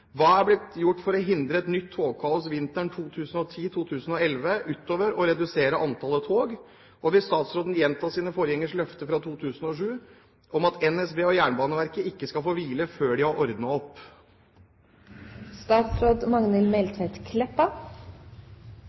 Hva har blitt gjort for å forhindre et nytt togkaos vinteren 2010/2011 utover å redusere antall tog, og vil statsråden gjenta sin forgjengers løfte fra 2007 om at NSB og Jernbaneverket «ikke skal få hvile før de har ordnet opp»?»